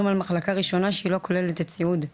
על מחלקה ראשונה שהיא לא כוללת את סיעוד?